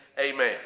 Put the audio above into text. amen